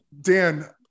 Dan